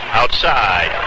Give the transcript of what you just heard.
outside